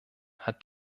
hat